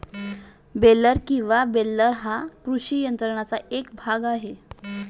baler किंवा हे baler हा कृषी यंत्राचा एक भाग आहे